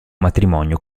matrimonio